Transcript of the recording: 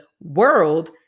world